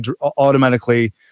automatically